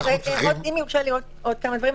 אם יורשה לי עוד כמה דברים.